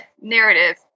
narrative